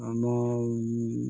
ଆମ